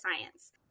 science